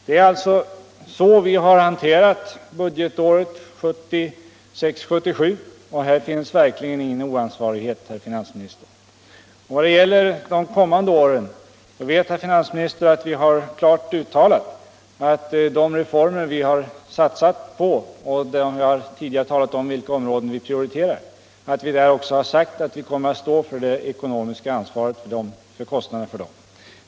Det är så vi hanterat budgetåret 1976/77, och här finns verkligen ingen oansvarighet, herr finansminister. Vad gäller de kommande åren vet herr finansministern att vi klart uttalat att vi för de reformer vi satsat på — jag har tidigare talat om vilka områden vi prioriterar — kommer att ta det ekonomiska ansvaret och stå för dessa kostnader.